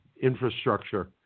infrastructure